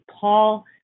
Paul